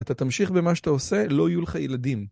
‫אתה תמשיך במה שאתה עושה, ‫לא יהיו לך ילדים.